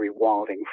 rewilding